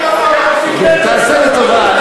תעשה לי טובה.